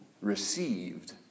received